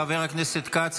חבר הכנסת כץ,